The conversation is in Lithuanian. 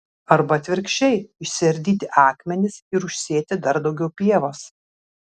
arba atvirkščiai išsiardyti akmenis ir užsėti dar daugiau pievos